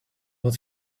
what